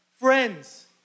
friends